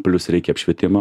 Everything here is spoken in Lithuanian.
plius reikia apšvietimo